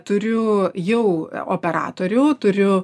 turiu jau operatorių turiu